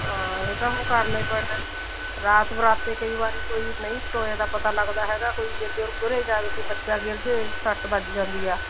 ਹਾਂ ਇਹ ਤਾਂ ਹੁਣ ਕਰਨਾ ਹੀ ਪੈਣਾ ਹੈਗਾ ਰਾਤ ਬਰਾਤੇ ਕਈ ਵਾਰੀ ਕੋਈ ਨਹੀਂ ਟੋਏ ਦਾ ਪਤਾ ਲੱਗਦਾ ਹੈਗਾ ਕੋਈ ਗਿਰ ਗੁਰ ਜਾਵੇ ਕੋਈ ਬੱਚਾ ਗਿਰਜੇ ਸੱਟ ਵੱਜ ਜਾਂਦੀ ਆ